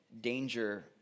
danger